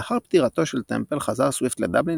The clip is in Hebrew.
לאחר פטירתו של טמפל חזר סוויפט לדבלין